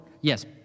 Yes